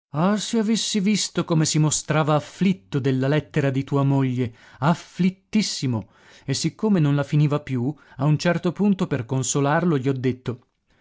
se avessi visto come si mostrava afflitto della lettera di tua moglie afflittissimo e siccome non la finiva più a un certo punto per consolarlo gli ho detto